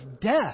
death